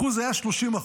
השיעור היה 30%,